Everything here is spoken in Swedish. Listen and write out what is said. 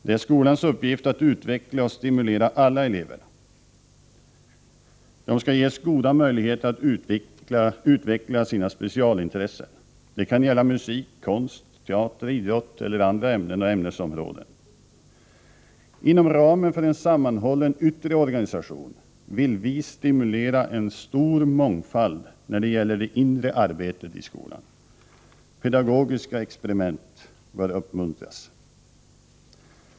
Det är skolans uppgift att utveckla och stimulera alla elever. Eleverna skall ges goda möjligheter att utveckla sina specialintressen. Det kan gälla musik, konst, teater, idrott eller andra ämnen och ämnesområden. Inom ramen för en sammanhållen yttre organisation vill vi stimulera en stor mångfald när det gäller det inre arbetet i skolan. Pedagogiska experiment bör uppmuntras.